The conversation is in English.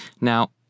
Now